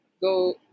go